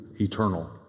eternal